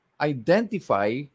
identify